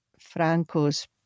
Franco's